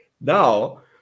now